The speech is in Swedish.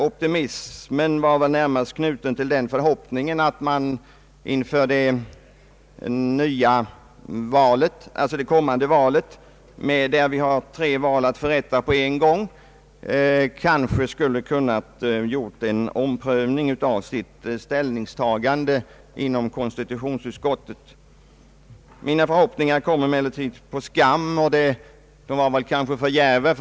Optimismen var väl närmast knuten till den förhoppningen att man inför det kommande valet, där tre val skall förrättas på en gång, kanske skulle ha kunnat göra en omprövning av ställningstagandet inom konstitutionsutskottet. Mina förhoppningar kom emellertid på skam; de var väl för djärva.